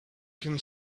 can